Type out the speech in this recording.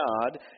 God